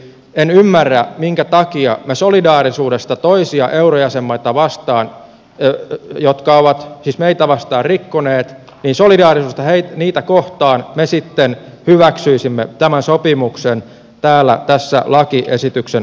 en ymmärrä minkä takia me solidaarisuudesta toisia eurojäsenmaita kohtaan jotka ovat meitä vastaan rikkoneet di solidar tai niitä kohtaan sitten hyväksyisimme tämän sopimuksen täällä tässä lakiesityksen muodossa